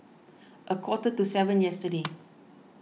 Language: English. a quarter to seven yesterday